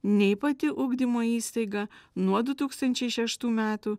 nei pati ugdymo įstaiga nuo du tūkstančiai šeštų metų